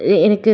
ஏ எனக்கு